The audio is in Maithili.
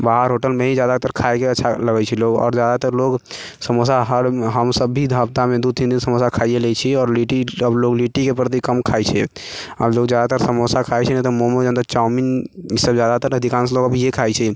बाहर होटेलमे ही खाइके जादातर अच्छा लगै छै आओर जादातर लोग समोसा हर हमसभ भी हफ्तामे हर दू तीन समोसा खाइए लै छी आओर लिट्टी आब लोग लिट्टीके प्रति कम खाइ छै आओर लोग जादातर समोसा खाइ छै नहि तऽ मोमो अन्दर चाउमिन ई सभ जादातर अधिकांश लोग अब इहे खाइ छै